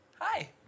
Hi